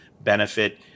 benefit